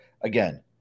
again